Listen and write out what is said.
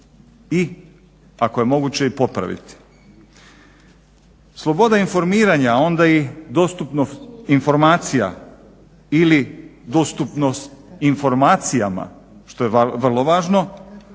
i ako je moguće i popraviti. Sloboda informiranja a onda i dostupnost informacija ili dostupnost informacijama što je vrlo važno